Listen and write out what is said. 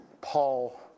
Paul